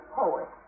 poet